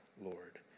Lord